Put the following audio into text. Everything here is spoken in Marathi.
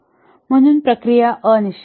म्हणून प्रक्रिया अनिश्चित आहे